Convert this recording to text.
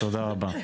תודה רבה.